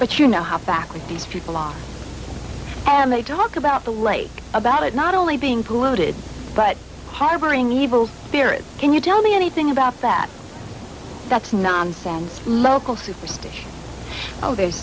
but you know how backward these people are and they talk about the right about it not only being bloated but harboring evil spirits can you tell me anything about that that's nonsense superstition oh the